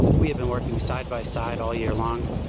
we have been working side by side all year long,